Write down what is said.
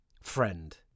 friend